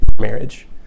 marriage